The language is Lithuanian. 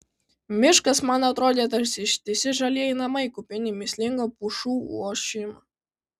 miškas man atrodė tarsi ištisi žalieji namai kupini mįslingo pušų ošimo